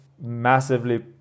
massively